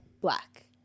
black